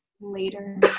later